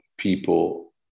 people